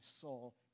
soul